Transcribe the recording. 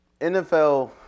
NFL